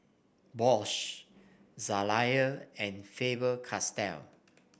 Bose Zalia and Faber Castell